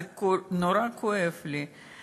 זה נורא כואב לי,